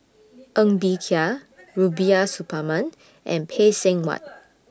Ng Bee Kia Rubiah Suparman and Phay Seng Whatt